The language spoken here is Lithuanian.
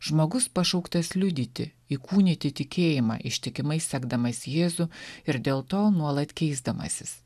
žmogus pašauktas liudyti įkūnyti tikėjimą ištikimai sekdamas jėzų ir dėl to nuolat keisdamasis